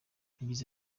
yagize